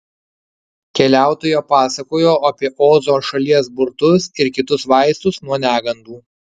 keliautoja pasakojo apie ozo šalies burtus ir kitus vaistus nuo negandų